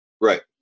Right